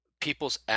people's